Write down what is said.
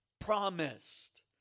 promised